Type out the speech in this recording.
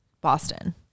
boston